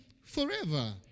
forever